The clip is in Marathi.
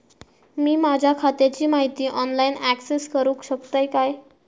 मी माझ्या खात्याची माहिती ऑनलाईन अक्सेस करूक शकतय काय?